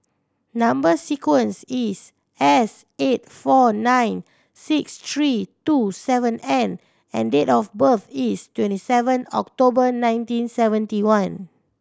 number sequence is S eight four nine six three two seven N and date of birth is twenty seven October nineteen seventy one